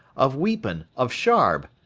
of weepen, of scharb.